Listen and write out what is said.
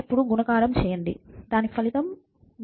ఇప్పుడు గుణకారం చేయండి దాని ఫలితం 3 వస్తుంది